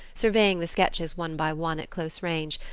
surveying the sketches one by one, at close range,